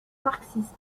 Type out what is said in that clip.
marxistes